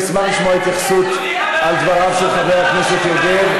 נשמח לשמוע התייחסות לדבריו של חבר הכנסת יוגב.